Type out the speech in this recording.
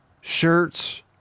shirts